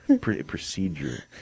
Procedure